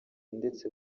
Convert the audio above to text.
ndetse